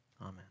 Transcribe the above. amen